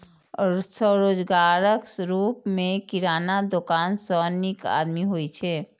स्वरोजगारक रूप मे किराना दोकान सं नीक आमदनी होइ छै